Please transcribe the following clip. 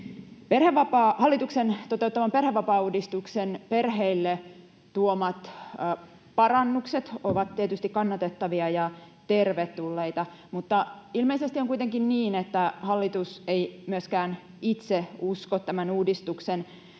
Hallituksen toteuttaman perhevapaauudistuksen perheille tuomat parannukset ovat tietysti kannatettavia ja tervetulleita, mutta ilmeisesti on kuitenkin niin, että hallitus ei myöskään itse usko tämän uudistuksen